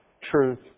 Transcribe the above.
truth